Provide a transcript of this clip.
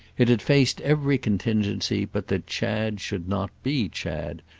it had faced every contingency but that chad should not be chad,